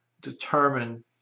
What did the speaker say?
determine